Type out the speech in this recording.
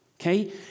okay